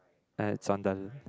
and it's on the